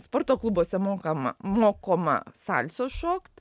sporto klubuose mokama mokoma salso šokt